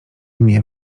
mnie